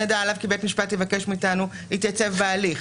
נדע עליו כי בית המשפט יבקש מאיתנו להתייצב בהליך,